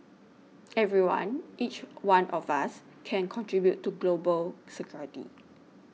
everyone each one of us can contribute to global security